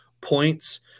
points